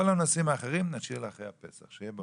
כל הנושאים האחרים נשאיר לאחרי הפסח, שיהיה ברור.